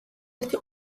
ერთი